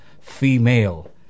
Female